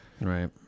right